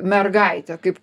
mergaitę kaip